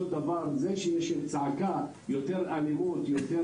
זה אותו דבר, זה שיש צעקה שיש יותר אלימות ויותר